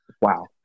wow